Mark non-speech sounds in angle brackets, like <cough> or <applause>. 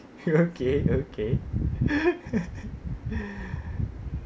ya okay okay <laughs>